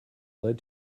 led